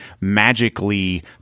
magically